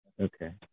Okay